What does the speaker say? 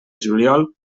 juliol